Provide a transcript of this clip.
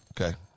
Okay